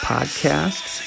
Podcasts